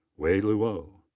wei luo.